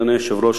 אדוני היושב-ראש,